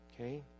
Okay